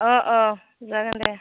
अ अ जागोन दे